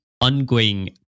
ongoing